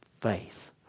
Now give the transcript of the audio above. faith